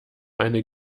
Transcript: eine